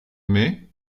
mai